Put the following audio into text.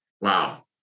Wow